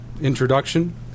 introduction